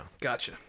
Gotcha